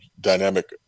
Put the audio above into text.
dynamic